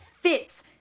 fits